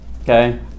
okay